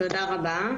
תודה רבה.